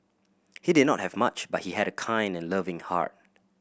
he did not have much but he had a kind and loving heart